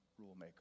rulemaker